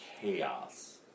chaos